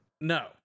No